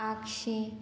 आक्शी